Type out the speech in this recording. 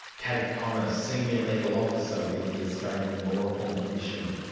kate connors, senior legal officer with the australian law reform commission.